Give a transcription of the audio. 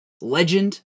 legend